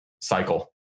cycle